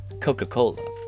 Coca-Cola